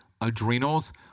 adrenals